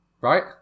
right